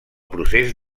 procés